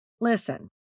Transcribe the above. Listen